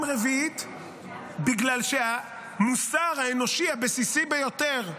בגלל שהמוסר האנושי הבסיסי ביותר,